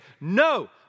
no